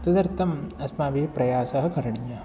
तदर्थम् अस्माभिः प्रयासः करणीयः